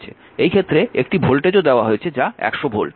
এই ক্ষেত্রে একটি ভোল্টেজও দেওয়া হয়েছে যা 100 ভোল্ট